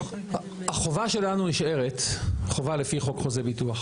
החובה שלנו נשארת חובה לפי חוק חוזה ביטוח